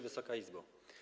Wysoka Izbo!